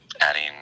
adding